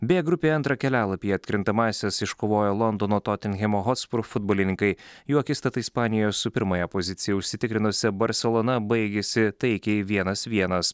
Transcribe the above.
bė grupėje antrą kelialapį į atkrintamąsias iškovojo londono totinhemo hotspru futbolininkai jų akistata ispanijo su pirmąją poziciją užsitikrinusia barselona baigėsi taikiai vienas vienas